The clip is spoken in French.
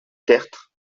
tertre